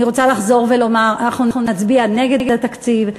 אני רוצה לחזור ולומר, אנחנו נצביע נגד התקציב.